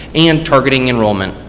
and targeting enrollment.